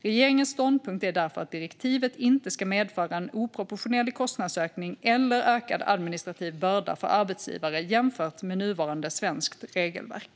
Regeringens ståndpunkt är därför att direktivet inte ska medföra en oproportionerlig kostnadsökning eller ökad administrativ börda för arbetsgivare jämfört med nuvarande svenskt regelverk.